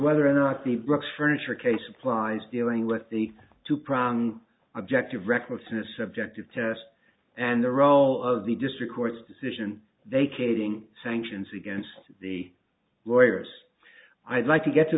whether or not the books furniture case applies dealing with the two pronged objective recklessness objective test and the role of the district court's decision they kidding sanctions against the lawyers i'd like to get to